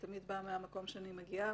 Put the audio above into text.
אני תמיד מגיעה מהמקום שאני מגיעה,